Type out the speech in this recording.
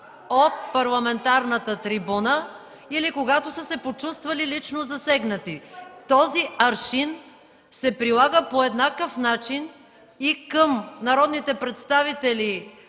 от парламентарната трибуна, или когато са се почувствали лично засегнати. Този аршин се прилага по еднакъв начин и към народните представители